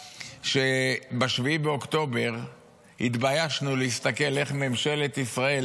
ב-7 באוקטובר התביישנו להסתכל איך ממשלת ישראל,